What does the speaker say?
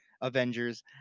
avengers